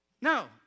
No